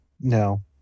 No